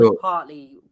partly